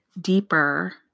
deeper